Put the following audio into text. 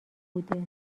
بوده